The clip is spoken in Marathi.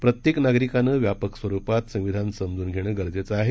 प्रत्येक नागरिकांनं व्यापक स्वरुपात संविधान समजून घेणं गरजेचं आहे